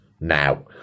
now